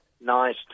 nice